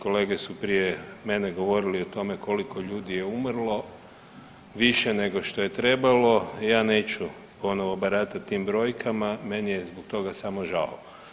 Kolege su prije mene govorili o tome koliko ljudi je umrlo, više nego što je trebalo, ja neću ponovo baratati tim brojkama meni je zbog toga samo žao.